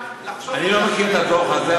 אני לא מכיר את הדוח הזה,